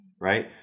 right